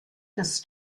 des